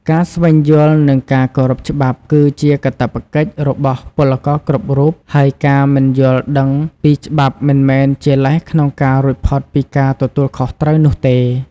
ការស្វែងយល់ និងការគោរពច្បាប់គឺជាកាតព្វកិច្ចរបស់ពលករគ្រប់រូប ហើយការមិនយល់ដឹងពីច្បាប់មិនមែនជាលេសក្នុងការរួចផុតពីការទទួលខុសត្រូវនោះទេ។